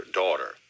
daughter